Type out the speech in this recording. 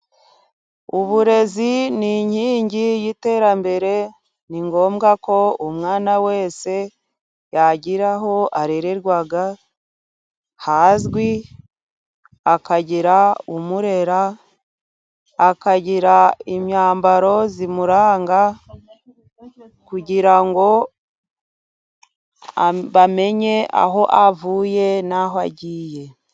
Uburezi ni inkingi y'iterambere, ni ngombwa ko umwana wese yagira aho arererwa hazwi ,akagira umurera, akagira imyambaro imuranga, kugira ngo bamenye aho avuye n'aho agiye.